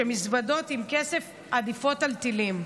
שמזוודות עם כסף עדיפות על טילים.